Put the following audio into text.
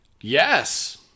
yes